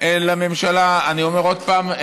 לממשלה אני אומר עוד פעם: